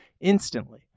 instantly